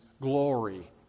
glory